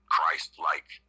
Christ-like